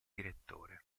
direttore